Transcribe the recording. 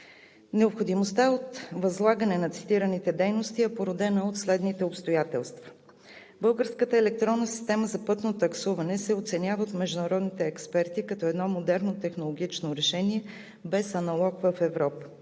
Необходимостта от възлагане на цитираните дейности е породена от следните обстоятелства: българската електронна система за пътно таксуване се оценява от международните експерти като едно модерно технологично решение без аналог в Европа.